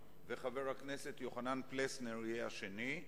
וחבר הכנסת יוחנן פלסנר יהיה השני.